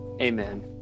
amen